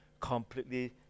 completely